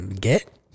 Get